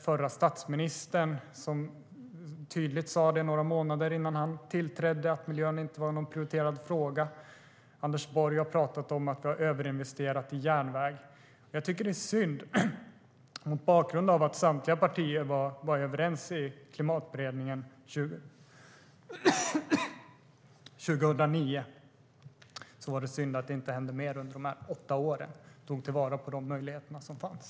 Förre statsministern sade tydligt några månader innan han tillträdde att miljön inte var någon prioriterad fråga. Anders Borg har pratat om att vi har överinvesterat i järnväg. Mot bakgrund av att samtliga partier var överens i Klimatberedningen 2009 är det synd att det inte hände mer under de åtta åren och att man inte tog till vara på de möjligheter som fanns.